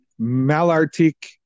Malartic